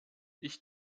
ich